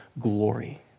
glory